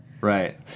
Right